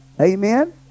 Amen